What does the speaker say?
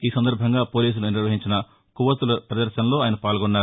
ఈ సందర్బంగా పోలీసులు నిర్వహించిన కొవ్వొత్తుల ప్రదర్శనలో ఆయన పాల్గొన్నారు